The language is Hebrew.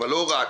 אבל לא רק.